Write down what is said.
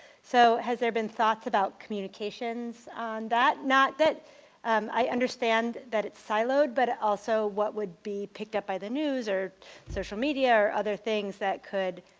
so have there been thoughts about communication on that. not that i understand that it's siloed but also what would be picked up by the news or social media or other things that could